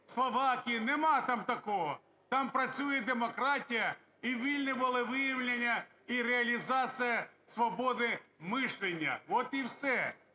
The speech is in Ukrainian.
Словакіі – нема там такого, там працює демократія і вільне волевиявлення, і реалізація свободы мышления. От і все.